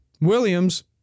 Williams